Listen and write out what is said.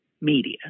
media